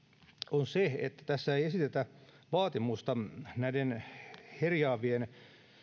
on se että tässä ei esitetä vaatimusta näiden herjaavien